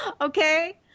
Okay